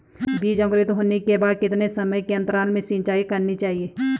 बीज अंकुरित होने के बाद कितने समय के अंतराल में सिंचाई करनी चाहिए?